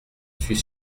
suis